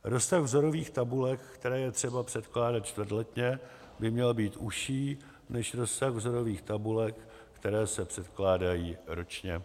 Rozsah vzorových tabulek, které je třeba předkládat čtvrtletně, by měl být užší než rozsah vzorových tabulek, které se předkládají ročně.